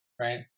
right